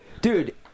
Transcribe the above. Dude